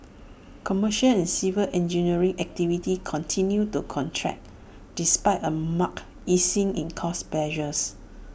commercial and civil engineering activity continued to contract despite A marked easing in cost pressures